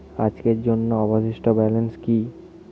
আজকের জন্য অবশিষ্ট ব্যালেন্স কি?